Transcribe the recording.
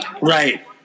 Right